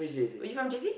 you from J_C